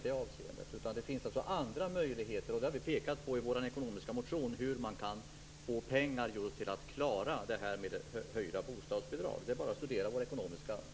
Det finns alltså andra möjligheter för hur man kan få pengar till att klara det höjda bostadsbidraget, och det har vi pekat på i vår ekonomiska motion.